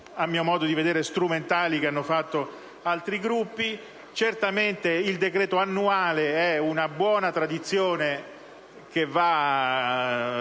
a mio modo di vedere - che hanno fatto altri Gruppi. Certamente il decreto annuale è una buona tradizione da